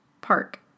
Park